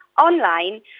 online